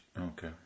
Okay